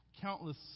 countless